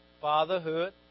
fatherhood